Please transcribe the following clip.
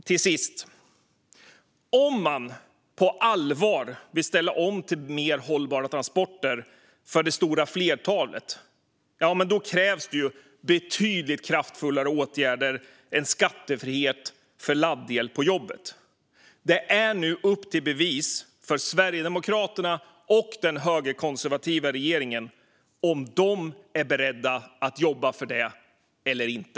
Till sist: Om man på allvar vill ställa om till mer hållbara transporter för det stora flertalet krävs betydligt kraftfullare åtgärder än skattefrihet för laddel på jobbet. Det är nu upp till bevis för Sverigedemokraterna och den högerkonservativa regeringen - är de beredda att jobba för det eller inte?